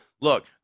look